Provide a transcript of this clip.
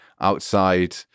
outside